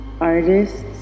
artists